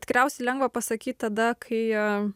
tikriausiai lengva pasakyt tada kai